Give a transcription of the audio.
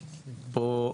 פה,